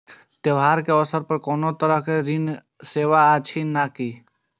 त्योहार के अवसर पर कोनो तरहक ऋण सेवा अछि कि नहिं?